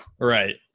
Right